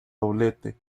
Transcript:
doblete